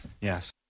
Yes